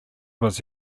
was